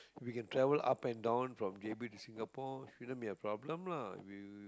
if you can travel up and down from j_b to Singapore shouldn't be a problem lah you